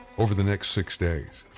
over the next six days,